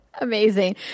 Amazing